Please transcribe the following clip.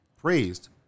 praised